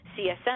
CSM